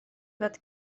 fod